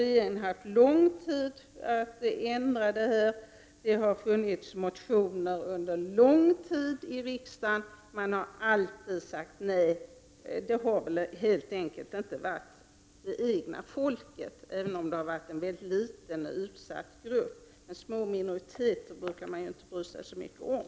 Regeringen har haft lång tid på sig för att komma till rätta med problemet, och det har avgivits en mängd motioner i frågan, men man har alltid sagt nej. Problemet har väl inte berört det egna folket, även om det har rört sig om en mycket liten utsatt grupp. Men små minoriteter brukar man ju inte bry sig så mycket om.